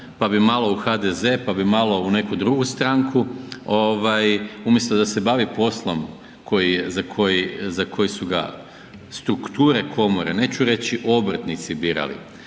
pa bi malo u HDZ, pa bi malo u neku drugu stranku umjesto da se bavi poslom za koji su ga strukture komore, neću reći obrtnici birali.